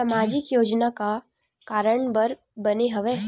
सामाजिक योजना का कारण बर बने हवे?